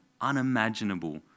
unimaginable